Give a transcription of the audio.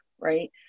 right